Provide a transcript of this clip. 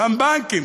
גם בנקים.